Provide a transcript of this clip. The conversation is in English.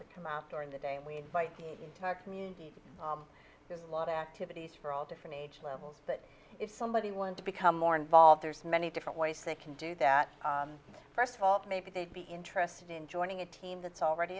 that come out during the day and we invite to a community there's a lot of activities for all different age levels that if somebody wanted to become more involved there's many different ways they can do that first of all maybe they'd be interested in joining a team that's already